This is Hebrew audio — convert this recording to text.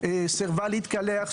סירבה להתקלח,